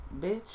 bitch